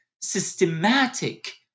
systematic